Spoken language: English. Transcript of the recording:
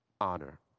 honor